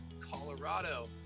Colorado